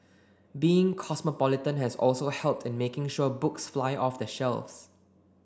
being cosmopolitan has also helped in making sure books fly off the shelves